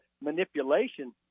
manipulation